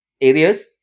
areas